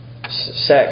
sex